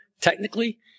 Technically